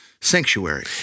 sanctuary